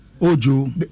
Ojo